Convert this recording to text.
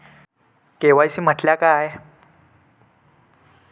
KYC म्हटल्या काय?